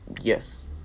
yes